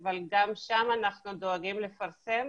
אבל גם שם אנחנו דואגים לפרסם,